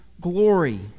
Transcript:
glory